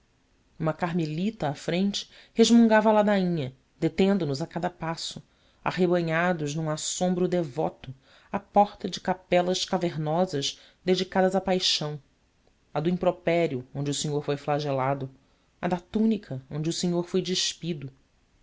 uma carmelita à frente resmungava a ladainha detendo nos a cada passo arrebanhados num assombro devoto à porta de capelas cavernosas dedicadas à paixão a do impropério onde o senhor foi flagelado a da túnica onde o senhor foi despido